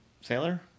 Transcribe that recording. sailor